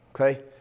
Okay